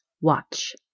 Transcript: watch